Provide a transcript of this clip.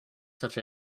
such